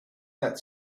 that